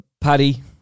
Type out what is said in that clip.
Paddy